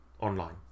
online